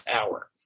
hour